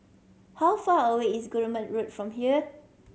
how far away is Guillemard Road from here